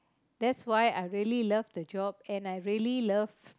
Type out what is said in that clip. that's why I really love the job and I really love